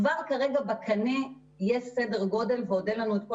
כבר כרגע בקנה יש סדר-גודל עוד אין לנו את כל